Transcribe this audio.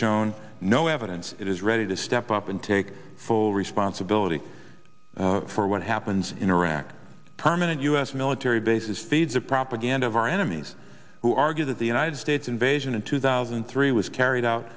shown no evidence it is ready to step up and take full responsibility for what happens in iraq permanent us military bases feeds a propaganda of our enemies who argue that the united states invasion in two thousand and three was carried out